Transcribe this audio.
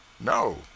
No